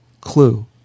clue